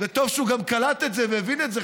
וטוב שהוא גם קלט את זה והבין את זה,